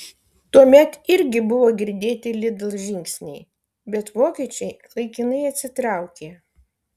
tuomet irgi buvo girdėti lidl žingsniai bet vokiečiai laikinai atsitraukė